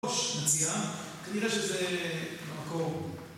...מציאה, כנראה שזה המקור.